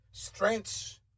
Strengths